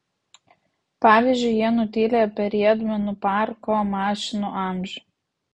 pavyzdžiui jie nutyli apie riedmenų parko mašinų amžių